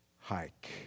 hike